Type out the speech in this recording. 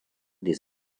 des